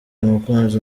mukunzi